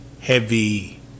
heavy